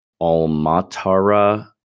Almatara